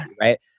right